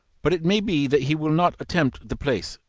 but it may be that he will not attempt the place.